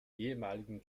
ehemaligen